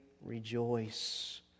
rejoice